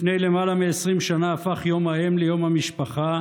לפני למעלה מ-20 שנה הפך יום האם ליום המשפחה,